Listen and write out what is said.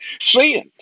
sin